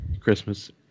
Christmas